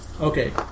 Okay